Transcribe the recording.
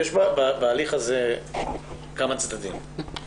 יש בהליך הזה כמה צדדים: